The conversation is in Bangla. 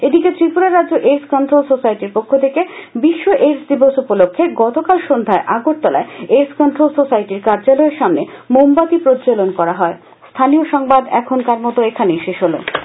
এদিকে ত্রিপুরা রাজ্য এইডস কন্ট্রোল সোসাইটির পক্ষ থেকে বিশ্ব এইডস দিবস উপলক্ষে গতকাল সন্ধ্যায় আগরতলায় এইডস কন্ট্রোল সোসাইটির কার্যালয়ের সামনে মোমবাতি প্রজ্বলণ করা হয়